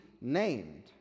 named